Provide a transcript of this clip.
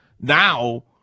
Now